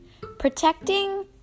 Protecting